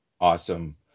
Awesome